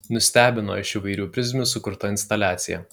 nustebino iš įvairių prizmių sukurta instaliacija